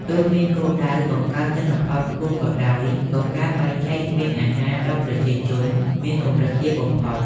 ទោះមានគោលដៅបង្កើនទិន្នផលខ្ពស់ក៏ដោយ ក៏ការបែងចែកស្បៀងអាហារដល់ប្រជាជនមានកម្រិតទាបបំផុត ។